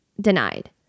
denied